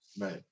right